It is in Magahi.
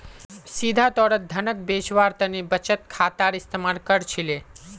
सीधा तौरत धनक भेजवार तने बचत खातार इस्तेमाल कर छिले